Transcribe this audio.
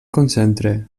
concentra